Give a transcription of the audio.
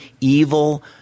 evil